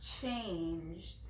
changed